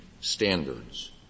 standards